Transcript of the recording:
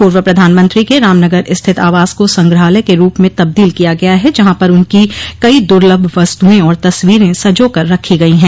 पूर्व प्रधानमंत्री के रामनगर स्थित आवास को संग्रहालय के रूप में तब्दील किया गया है जहां पर उनकी कई दुलभ वस्तए और तस्वीरें सजो कर रखी गई है